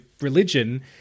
religion